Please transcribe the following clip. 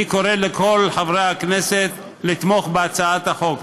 אני קורא לכל חברי הכנסת לתמוך בהצעת החוק.